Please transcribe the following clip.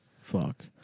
Fuck